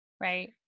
right